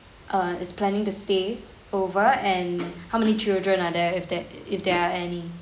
uh is planning to stay over and how many children are there if there if there are any